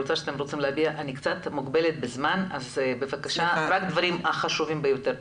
אני קצת מוגבלת בזמן אז בבקשה רק דברים חשובים ביותר.